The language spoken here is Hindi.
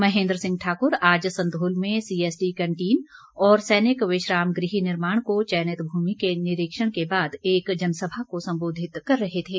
महेन्द्र सिंह ठाकुर आज संधोल में सीएसडी कैन्टीन और सैनिक विश्राम गृह निर्माण को चयनित भूमि के निरीक्षण के बाद एक जनसभा को संबोधित कर रहे थे